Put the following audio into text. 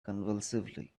convulsively